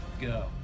go